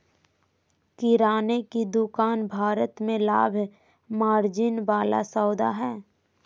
किराने की दुकान भारत में लाभ मार्जिन वाला सौदा हइ